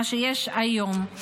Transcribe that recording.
מה שיש היום,